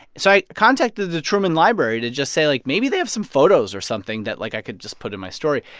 so i contacted the truman library to just say, like, maybe they have some photos or something that, like, i could just put in my story.